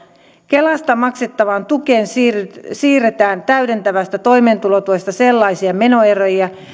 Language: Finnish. kelasta maksettavaan tukeen siirretään täydentävästä toimeentulotuesta sellaisia menoeriä